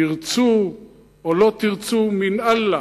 תרצו או לא תרצו, מן אללה,